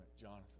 Jonathan